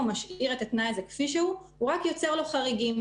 הוא משאיר את התנאי הזה כפי שהוא והוא רק יוצר לו חריגים.